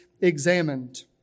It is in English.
Examined